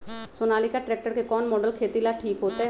Sonalika tractor के कौन model खेती ला ठीक होतै?